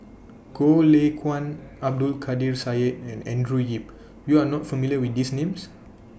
Goh Lay Kuan Abdul Kadir Syed and Andrew Yip YOU Are not familiar with These Names